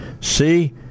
See